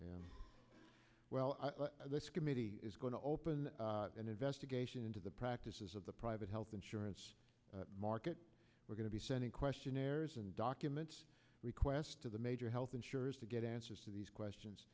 world well this committee is going to open an investigation into the practices of the private health insurance market we're going to be sending questionnaires and document requests to the major health insurers to get answers to these questions